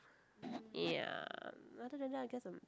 ya other than that I guess I'm